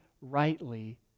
rightly